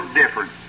different